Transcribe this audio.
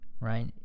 right